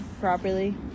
properly